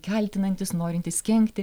kaltinantis norintis kenkti